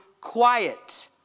quiet